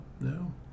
no